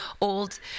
old